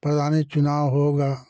प्रधानी चुनाव होगा